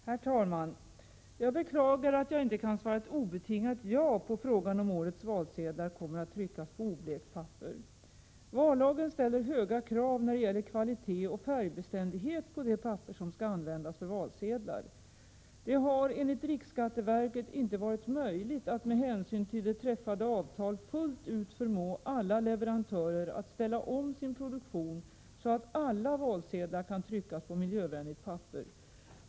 Herr talman! Jag beklagar att jag inte kan svara ett obetingat ja på frågan om årets valsedlar kommer att tryckas på oblekt papper. Vallagen ställer höga krav när det gäller kvalitet och färgbeständighet på det papper som skall användas för valsedlar. Det har enligt riksskatteverket inte varit möjligt att med hänsyn till träffade avtal fullt ut förmå alla leverantörer att ställa om sin produktion så att alla valsedlar kan tryckas på miljövänligt papper.